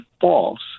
false